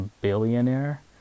billionaire